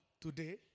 today